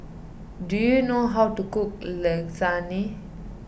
do you know how to cook Lasagna